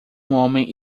homem